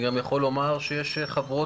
להגיד לך,